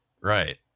right